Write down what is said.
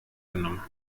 genommen